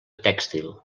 tèxtil